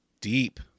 deep